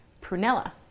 Prunella